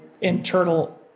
internal